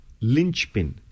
linchpin